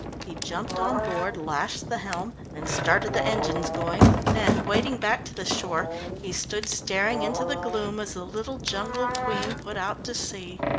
he jumped on board, lashed the helm, and started the engines going, then wading back to the shore he stood staring into the gloom as the little jungle queen put out to sea.